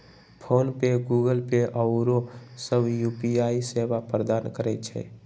PhonePe, Google Pay आउरो सभ UPI सेवा प्रदान करै छै